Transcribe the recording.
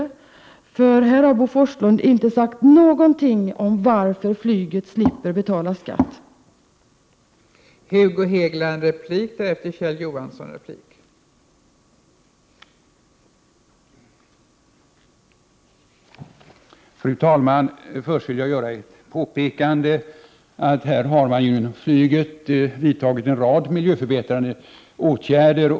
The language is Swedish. Bo Forslund har här inte sagt någonting om vad som är skälet till att flyget slipper betala en sådan skatt.